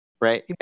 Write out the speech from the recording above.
right